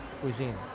cuisine